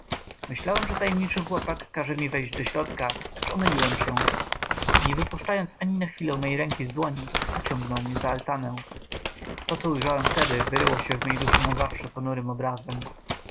myślałem że tajemniczy chłopak każe mi wejść do środka lecz omyliłem się nie wypuszczając ani na chwilę mej ręki z dłoni pociągnął mnie za altanę to co ujrzałem wtedy wyryło się w mej duszy na zawsze ponurym obrazem